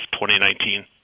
2019